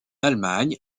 allemagne